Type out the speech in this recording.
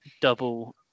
double